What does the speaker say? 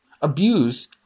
abuse